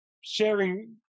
sharing